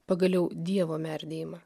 pagaliau dievo merdėjimą